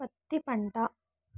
పత్తి పంట